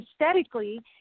aesthetically